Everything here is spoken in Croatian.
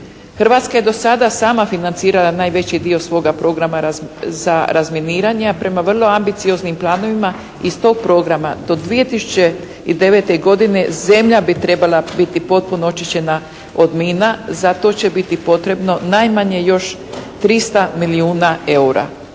Hrvatska je do sad sama financirala najveći dio svoga programa za razminiranje, a prema vrlo ambicioznim planovima iz tog programa do 2009. godine zemlja bi trebala biti potpuno očišćena od mina. Za to će biti potrebno najmanje još 300 milijuna eura.